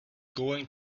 going